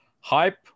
Hype